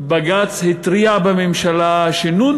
בג"ץ התריע בממשלה: שנו,